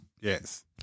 Yes